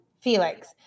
Felix